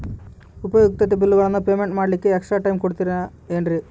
ಉಪಯುಕ್ತತೆ ಬಿಲ್ಲುಗಳ ಪೇಮೆಂಟ್ ಮಾಡ್ಲಿಕ್ಕೆ ಎಕ್ಸ್ಟ್ರಾ ಟೈಮ್ ಕೊಡ್ತೇರಾ ಏನ್ರಿ?